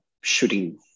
shooting